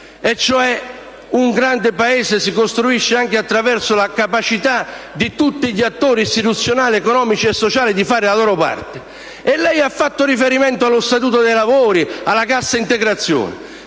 un grande Paese si costruisce anche attraverso la capacità di tutti gli attori istituzionali, economici e sociali di fare la propria parte. E lei ha fatto riferimento allo Statuto dei lavoratori e alla cassa integrazione.